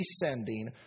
descending